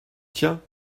tiens